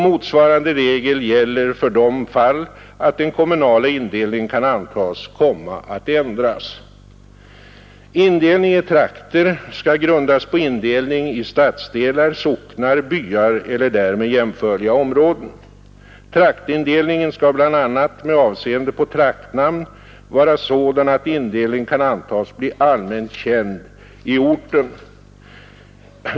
Motsvarande regel gäller för det fall att den kommunala indelningen kan antas komma att ändras. Indelning i trakter skall grundas på indelning i stadsdelar, socknar, byar eller därmed jämförliga områden. Traktindelningen skall bl.a. med avseende på traktnamn vara sådan att indelningen kan antas bli allmänt känd i orten.